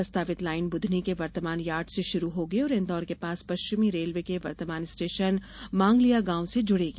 प्रस्तावित लाईन बुधनी के वर्तमान यार्ड से शुरू होगी और इंदौर के पास पश्चिमी रेलवे के वर्तमान स्टेशन मांगलियागांव से जुड़ेगी